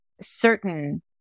certain